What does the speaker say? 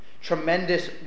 tremendous